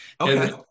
Okay